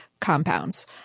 compounds